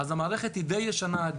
המערכת די ישנה,